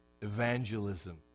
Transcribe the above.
evangelism